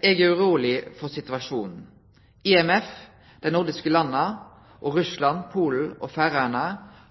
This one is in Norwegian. Eg er uroleg for situasjonen. IMF, dei nordiske landa, Russland, Polen og Færøyane